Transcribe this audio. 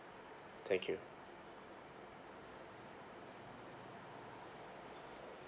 thank you